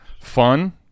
fun